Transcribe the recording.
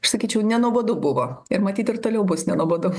aš sakyčiau nenuobodu buvo ir matyt ir toliau bus nenuobodu